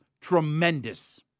tremendous